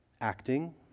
acting